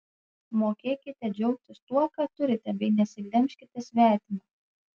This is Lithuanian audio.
mokėkite džiaugtis tuo ką turite bei nesiglemžkite svetimo